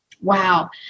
Wow